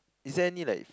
is there any like